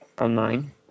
online